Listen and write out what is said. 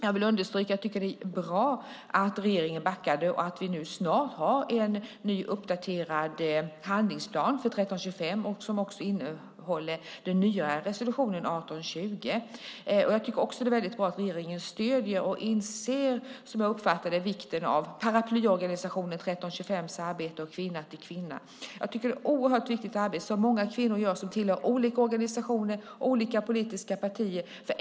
Jag vill understryka att jag tycker att det är bra att regeringen backade och att vi nu snart har en ny uppdaterad handlingsplan för 1325 som också innehåller den nyare resolutionen 1820. Det är också väldigt bra att regeringen, som jag uppfattar det, stöder och inser vikten av paraplyorganisationen 1325:s arbete och Kvinna till Kvinna. Det är ett oerhört viktigt arbete som många kvinnor gör som tillhör olika organisationer och olika politiska partier.